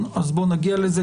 הדיון, אז בואו נגיע לזה.